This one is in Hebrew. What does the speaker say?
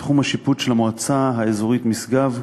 לתחום השיפוט של המועצה האזורית משגב,